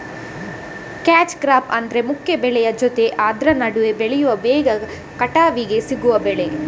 catch crop ಅಂದ್ರೆ ಮುಖ್ಯ ಬೆಳೆಯ ಜೊತೆ ಆದ್ರ ನಡುವೆ ಬೆಳೆಯುವ ಬೇಗ ಕಟಾವಿಗೆ ಸಿಗುವ ಬೆಳೆ